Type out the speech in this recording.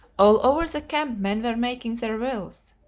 over the camp men were making their wills,